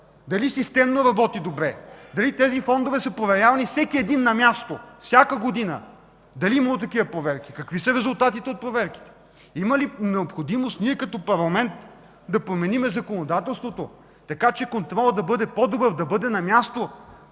работи системно добре, дали тези фондове са проверявани всеки един на място, всяка година, дали е имало такива проверки, какви са резултатите от проверките, има ли необходимост ние като парламент да променим законодателството, та контролът да бъде по-добър, да бъде на място.